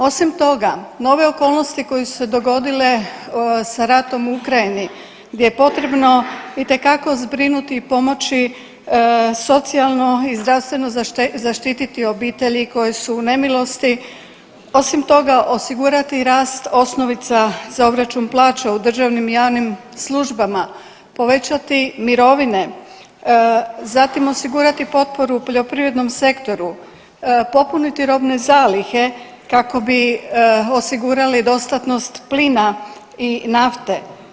Osim toga nove okolnosti koje su se dogodile sa ratom u Ukrajini gdje je potrebno itekako zbrinuti i pomoći socijalno i zdravstveno zaštititi obitelji koje su u nemilosti, osim toga osigurati rast osnovica za obračun plaća u državnim i javnim službama, povećati mirovine, zatim osigurati potporu poljoprivrednom sektoru, popuniti robne zalihe kako bi osigurali dostatnost plina i nafte.